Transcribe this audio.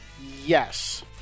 Yes